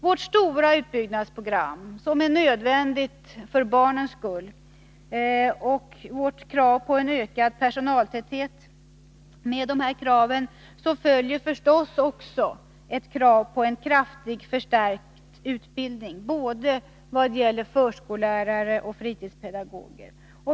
Vårt stora utbyggnadsprogram, som är nödvändigt för barnens skull, och vårt krav på ökad personaltäthet medför förstås också ett krav på kraftigt förstärkt utbildning i vad gäller både förskollärare och fritidspedagoger.